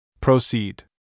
Proceed